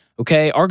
Okay